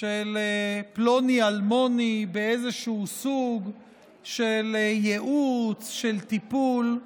של פלוני-אלמוני באיזשהו סוג של ייעוץ, של טיפול,